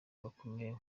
bakomeye